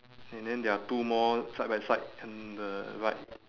and then there are two more side by side on the right